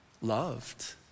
Loved